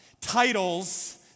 Titles